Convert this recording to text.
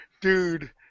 Dude